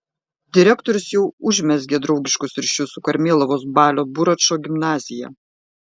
direktorius jau užmezgė draugiškus ryšius su karmėlavos balio buračo gimnazija